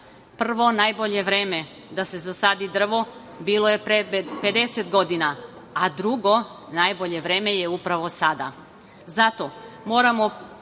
prvo najbolje vreme da se zasadi drvo bilo je pre 50 godina, a drugo najbolje vreme je upravo sada. Zato moramo